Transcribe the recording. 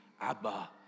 Abba